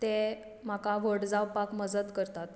ते म्हाका व्हड जावपाक मजत करतात